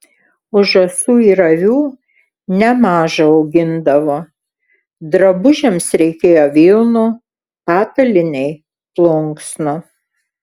o žąsų ir avių nemaža augindavo drabužiams reikėjo vilnų patalynei plunksnų